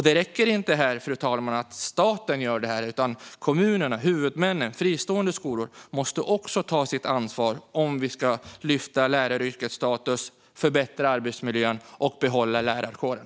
Det räcker inte att staten gör detta, fru talman, utan kommunerna - huvudmännen - och de fristående skolorna måste också ta sitt ansvar om vi ska kunna lyfta läraryrkets status, förbättra arbetsmiljön och behålla lärarkåren.